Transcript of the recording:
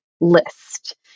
list